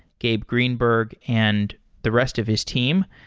gabe greenberg and the rest of his team.